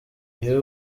iyo